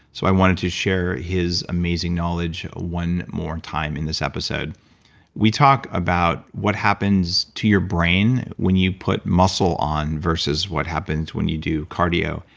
so, i wanted to share his amazing knowledge one more time in this episode we talked about what happens to your brain when you put muscle on vs. what happens when you do cardio,